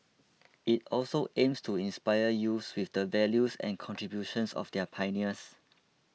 it also aims to inspire youths with the values and contributions of their pioneers